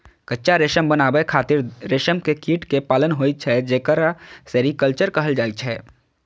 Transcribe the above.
कच्चा रेशम बनाबै खातिर रेशम के कीट कें पालन होइ छै, जेकरा सेरीकल्चर कहल जाइ छै